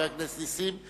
חבר הכנסת נסים,